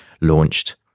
launched